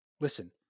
listen